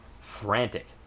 frantic